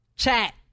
chat